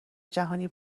جهانی